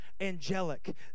angelic